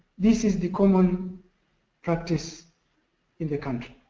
this is the common practice in the country.